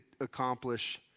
accomplish